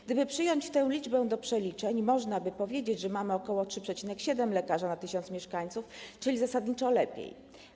Gdyby przyjąć tę liczbę do przeliczeń, można by powiedzieć, że mamy ok. 3,7 lekarza na 1 tys. mieszkańców, czyli zasadniczo jest lepiej.